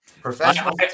professional